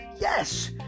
Yes